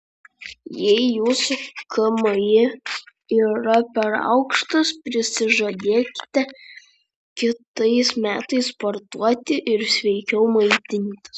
jei jūsų kmi yra per aukštas prisižadėkite kitais metais sportuoti ir sveikiau maitintis